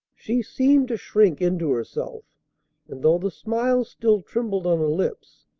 she seemed to shrink into herself and, though the smile still trembled on her lips,